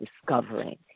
discovering